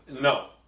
No